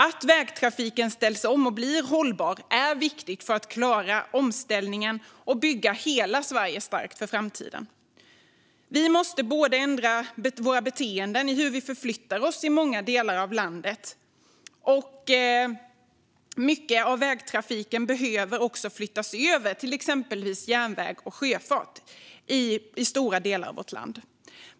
Att vägtrafiken ställs om och blir hållbar är viktigt för att klara omställningen och bygga hela Sverige starkt för framtiden. Vi måste ändra våra beteenden i hur vi förflyttar oss, och i stora delar av landet behöver mycket av vägtrafiken flyttas över till exempelvis järnväg och sjöfart.